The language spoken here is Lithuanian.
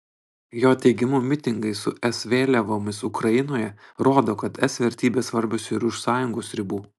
jo teigimu mitingai su es vėliavomis ukrainoje rodo kad es vertybės svarbios ir už sąjungos ribų